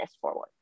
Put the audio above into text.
forward